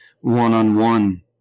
one-on-one